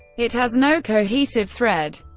it has no cohesive thread.